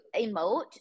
emote